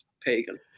Pagan